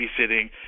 babysitting